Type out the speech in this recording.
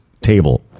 table